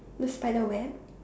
the spider web